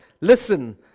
Listen